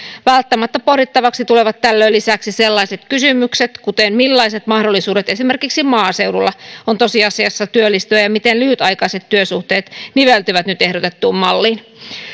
välttämättä pohdittavaksi tulevat tällöin lisäksi sellaiset kysymykset kuten millaiset mahdollisuudet esimerkiksi maaseudulla on tosiasiassa työllistyä ja miten lyhytaikaiset työsuhteet niveltyvät nyt ehdotettuun malliin